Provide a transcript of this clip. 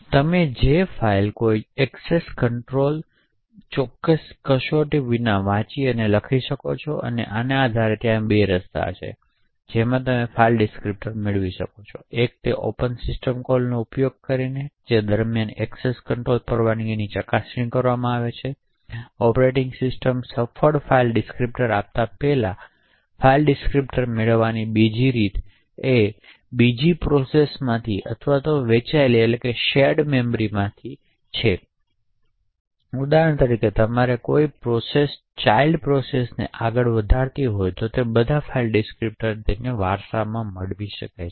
તમે જે ફાઇલને કોઈપણ એક્સેસ કંટ્રોલ કસોટી વિના તે વાંચી અને લખી શકો છો તેથી આના આધારે ત્યાં બે રસ્તાઓ છે કે જેમાં તમે ફાઇલ ડિસ્ક્રીપ્ટર મેળવી શકો છો એક તે ઓપન સિસ્ટમ કોલનો ઉપયોગ કરીને છે જે દરમ્યાન એક્સેસ કંટ્રોલ પરવાનગીની ચકાસણી કરવામાં આવે છે ઑપરેટિંગ સિસ્ટમ સફળ ફાઇલ ડિસ્ક્રીપ્ટર્સ આપતા પહેલા ફાઇલ ડિસ્ક્રીપ્ટર્સને મેળવવાની બીજી રીત એ બીજી પ્રોસેસમાંથી અથવા વહેંચેલી મેમરીમાંથી છે ઉદાહરણ તરીકે જ્યારે કોઈ પ્રોસેસ ચાઇલ્ડની પ્રોસેસને આગળ વધારતી હોય તો તે બધી ફાઇલ ડિસ્ક્રિપ્ટર્સને વારસામાં મેળવી શકે છે